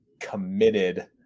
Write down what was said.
committed